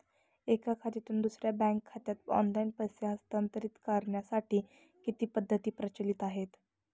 एका खात्यातून दुसऱ्या बँक खात्यात ऑनलाइन पैसे हस्तांतरित करण्यासाठी किती पद्धती प्रचलित आहेत?